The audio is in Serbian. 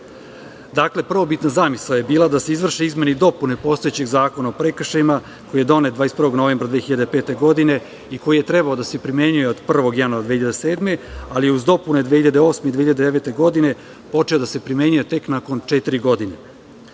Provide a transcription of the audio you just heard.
prvobitna zamisao je bila da se izvrše izmene i dopune postojećeg Zakona o prekršajima, koji je donet 21. novembra 2005. godine i koji je trebao da se primenjuje od 1. januara 2007. godine, ali je uz dopune 2008. i 2009. godine počeo da se primenjuje tek nakon četiri godine.U